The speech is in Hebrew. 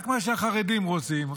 רק מה שהחרדים רוצים,